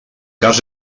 cas